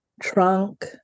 trunk